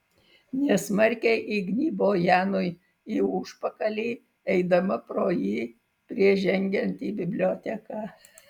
nesmarkiai įgnybo janui į užpakalį eidama pro jį prieš žengiant į biblioteką